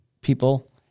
people